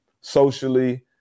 socially